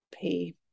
pay